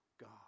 God